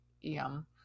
yum